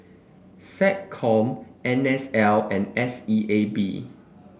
SecCom N S L and S E A B